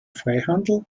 freihandel